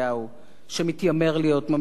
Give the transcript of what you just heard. שמתיימר להיות ממשיך דרכו.